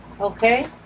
Okay